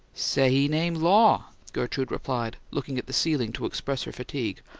say he name law, gertrude replied, looking at the ceiling to express her fatigue.